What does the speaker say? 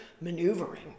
maneuvering